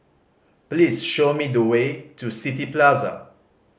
please show me the way to City Plaza